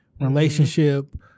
relationship